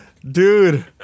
Dude